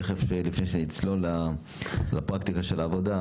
תכף לפני שנצלול לפרקטיקה של העבודה,